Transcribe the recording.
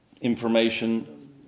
information